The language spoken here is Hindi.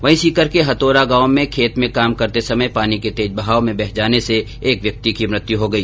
वहीं सीकर के हथौरा गांव में खेत में काम करते समय पानी के तेज बहाव में बह जाने से एक व्यक्ति की मृत्यु हो गई